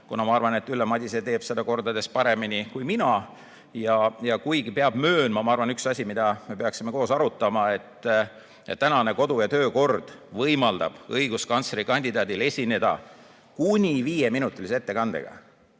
kuna ma arvan, et Ülle Madise teeb seda kordades paremini kui mina. Kuigi peab möönma – ma arvan, et see on üks asi, mida me peaksime koos arutama –, et kehtiv kodu‑ ja töökord võimaldab õiguskantslerikandidaadil esineda kuni viieminutilise ettekandega,